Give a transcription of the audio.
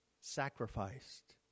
sacrificed